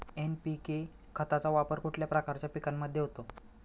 NPK खताचा वापर कुठल्या प्रकारच्या पिकांमध्ये होतो?